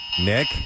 Nick